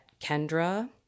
Kendra